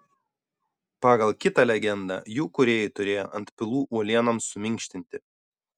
pagal kitą legendą jų kūrėjai turėjo antpilų uolienoms suminkštinti